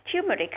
turmeric